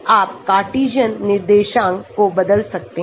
आप Cartesian निर्देशांकको बदल सकते हैं